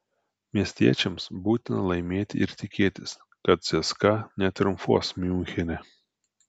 miestiečiams būtina laimėti ir tikėtis kad cska netriumfuos miunchene